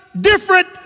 different